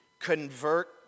convert